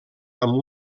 amb